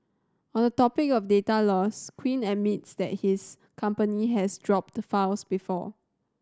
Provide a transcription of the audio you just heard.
on the topic of data loss Quinn admits that his company has dropped files before